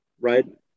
right